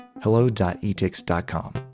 Hello.etix.com